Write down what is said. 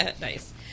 nice